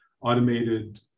automated